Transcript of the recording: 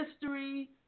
history